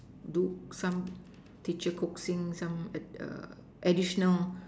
do some teacher coaxing some err additional